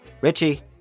Richie